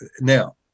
Now